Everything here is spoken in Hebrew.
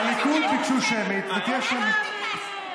הליכוד ביקשו שמית ותהיה שמית.